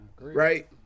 right